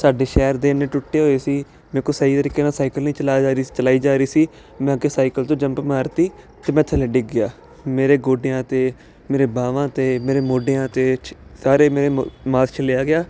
ਸਾਡੇ ਸ਼ਹਿਰ ਦੇ ਐਨੇ ਟੁੱਟੇ ਹੋਏ ਸੀ ਮੇਰੇ ਕੋਲ ਸਹੀ ਤਰੀਕੇ ਨਾਲ ਸਾਈਕਲ ਨਹੀਂ ਚਲਾਇਆ ਜਾ ਰਹੀ ਚਲਾਈ ਜਾ ਰਹੀ ਸੀ ਮੈਂ ਅੱਗੇ ਸਾਈਕਲ ਤੋਂ ਜੰਪ ਮਾਰਤੀ ਅਤੇ ਮੈਂ ਥੱਲੇ ਡਿੱਗ ਗਿਆ ਮੇਰੇ ਗੋਡਿਆਂ 'ਤੇ ਮੇਰੇ ਬਾਹਵਾਂ 'ਤੇ ਮੇਰੇ ਮੋਢਿਆਂ 'ਤੇ ਛ ਸਾਰੇ ਮੇਰੇ ਮ ਮਾਸ ਛਿੱਲਿਆ ਗਿਆ